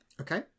Okay